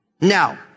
Now